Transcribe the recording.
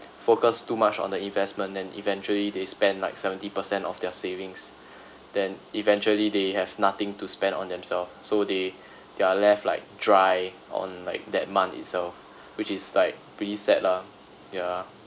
focus too much on the investment and eventually they spend like seventy percent of their savings then eventually they have nothing to spend on themself so they they are left like dry on like that month itself which is like pretty sad lah ya